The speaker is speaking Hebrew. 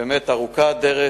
ארוכה הדרך,